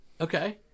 Okay